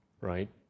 right